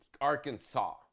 Arkansas